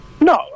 No